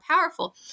powerful